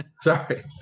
Sorry